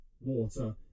water